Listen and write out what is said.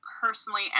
personally